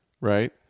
right